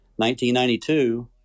1992